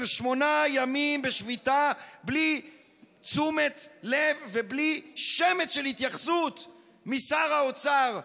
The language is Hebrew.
שמונה ימים בשביתה בלי תשומת לב ובלי שמץ של התייחסות משר האוצר המביש,